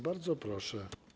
Bardzo proszę.